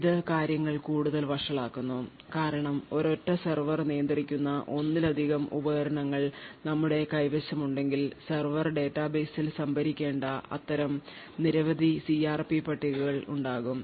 ഇതു കാര്യങ്ങൾ കൂടുതൽ വഷളാകുന്നു കാരണം ഒരൊറ്റ സെർവർ നിയന്ത്രിക്കുന്ന ഒന്നിലധികം ഉപകരണങ്ങൾ ഞങ്ങളുടെ കൈവശമുണ്ടെങ്കിൽ സെർവർ ഡാറ്റാബേസിൽ സംഭരിക്കേണ്ട അത്തരം നിരവധി സിആർപി പട്ടികകൾ ഉണ്ടാകും